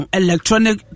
electronic